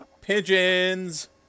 pigeons